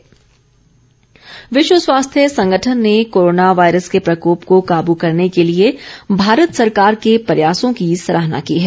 WHO विश्व स्वास्थ्य संगठन ने कोरोना वायरस के प्रकोप को काबू करने के लिए भारत सरकार के प्रयासों की सराहना की है